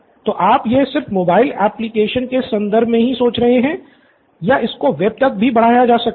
तो आप यह सिर्फ मोबाइल एप्लिकेशन के संदर्भ मे ही सोच रहे हैं या इसको वेब तक भी बढ़ाया जा सकता है